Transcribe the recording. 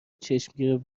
چشمگیر